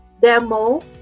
demo